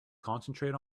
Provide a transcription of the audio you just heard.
concentrate